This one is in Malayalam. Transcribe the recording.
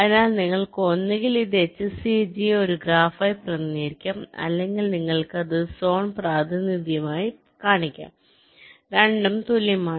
അതിനാൽ നിങ്ങൾക്ക് ഒന്നുകിൽ ഇത് HCG യെ ഒരു ഗ്രാഫായി പ്രതിനിധീകരിക്കാം അല്ലെങ്കിൽ നിങ്ങൾക്കത് ഒരു സോൺ പ്രാതിനിധ്യമായി കാണിക്കാം രണ്ടും തുല്യമാണ്